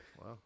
Wow